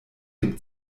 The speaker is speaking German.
dem